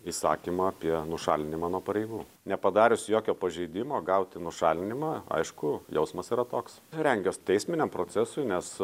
įsakymą apie nušalinimą nuo pareigų nepadarius jokio pažeidimo gauti nušalinimą aišku jausmas yra toks rengias teisminiam procesui nes